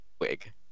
wig